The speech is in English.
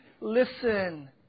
listen